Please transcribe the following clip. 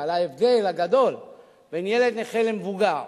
ועל ההבדל הגדול בין ילד נכה למבוגר.